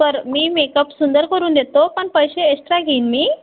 बरं मी मेकअप सुंदर करून देतो पण पैसे एक्स्ट्रा घेईन मी